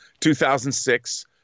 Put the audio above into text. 2006